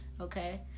okay